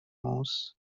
moves